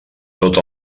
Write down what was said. tots